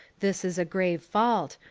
this is a grave fault,